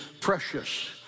precious